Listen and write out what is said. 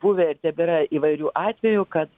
buvę ir tebėra įvairių atvejų kad